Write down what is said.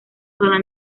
sola